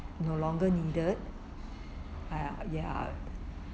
no longer needed ah ya